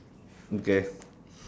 okay